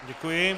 Děkuji.